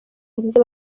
nziza